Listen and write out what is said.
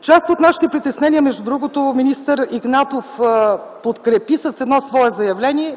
Част от нашите притеснения между другото министър Игнатов подкрепи с едно свое заявление,